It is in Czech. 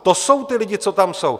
To jsou ti lidé, co tam jsou.